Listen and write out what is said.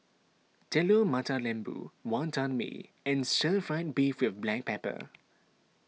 Telur Mata Lembu Wantan Mee and Stir Fried Beef with Black Pepper